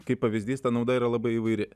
kaip pavyzdys ta nauda yra labai įvairi